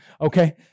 Okay